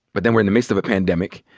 but then we're in the midst of a pandemic.